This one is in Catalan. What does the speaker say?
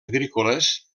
agrícoles